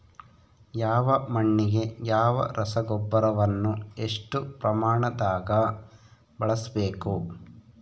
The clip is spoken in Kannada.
ಯಾವ ಮಣ್ಣಿಗೆ ಯಾವ ರಸಗೊಬ್ಬರವನ್ನು ಎಷ್ಟು ಪ್ರಮಾಣದಾಗ ಬಳಸ್ಬೇಕು?